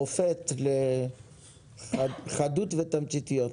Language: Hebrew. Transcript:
מופת לחדות ותמציתיות.